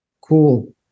cool